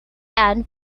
and